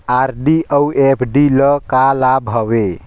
RD अऊ FD ल का लाभ हवे?